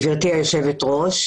גברתי היושבת-ראש,